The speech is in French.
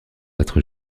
être